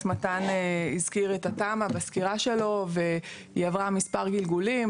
מתן הזכיר את התמ"א בסקירה שלו והיא עברה מספר גלגולים.